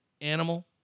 animal